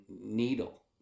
needle